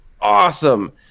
awesome